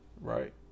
right